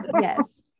Yes